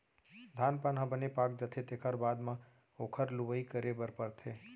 धान पान ह बने पाक जाथे तेखर बाद म ओखर लुवई करे बर परथे